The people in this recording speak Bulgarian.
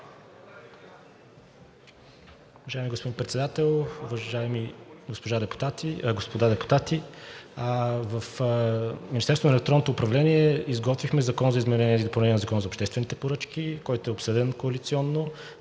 Уважаеми господин Председател, уважаеми господа депутати! В Министерството на електронното управление изготвихме Закон за изменение и допълнение на Закона за обществените поръчки, който е обсъден коалиционно.